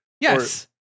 yes